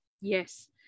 Yes